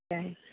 ᱦᱮᱸ